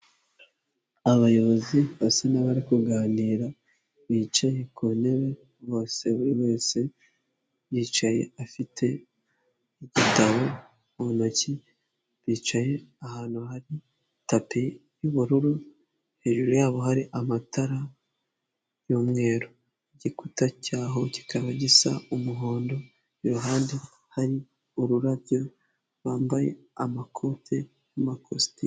Abayobozi basa n'abari kuganira bicaye ku ntebe bose, buri wese yicaye afite igitabo mu ntoki, bicaye ahantu hari tapi y'ubururu hejuru yabo hari amatara y'umweru, igikuta cyaho kikaba gisa umuhondo iruhande hari ururabyo, bambaye amakoti y'amakositimu.